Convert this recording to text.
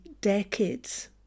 decades